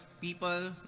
people